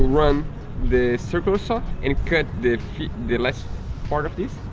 run the circular saw and cut the the last part of this.